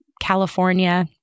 California